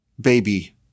baby